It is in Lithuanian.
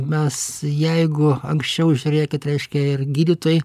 mes jeigu anksčiau žiūrėkit reiškia ir gydytojai